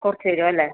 കുറച്ച് തരും അല്ലേ